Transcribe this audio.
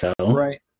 Right